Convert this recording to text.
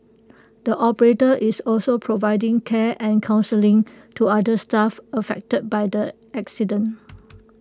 the operator is also providing care and counselling to other staff affected by the accident